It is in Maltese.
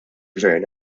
gvern